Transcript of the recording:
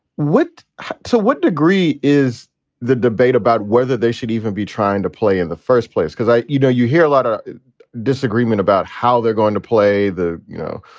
what to what degree is the debate about whether they should even be trying to play in the first place? because i you know, you hear a lot of disagreement about how they're going to play the, you know,